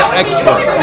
expert